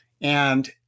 And-